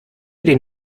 den